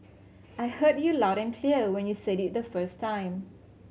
I heard you loud and clear when you said it the first time